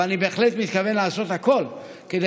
אבל אני בהחלט מתכוון לעשות הכול כדי